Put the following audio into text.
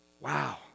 Wow